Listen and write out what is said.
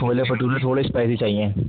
چھولے بٹورے تھوڑے اسپائسی چاہیے